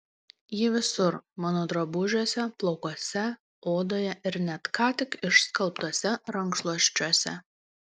ji visur mano drabužiuose plaukuose odoje ir net ką tik išskalbtuose rankšluosčiuose